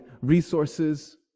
resources